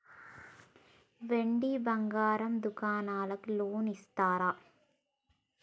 వెండి బంగారం దుకాణానికి లోన్ ఇస్తారా?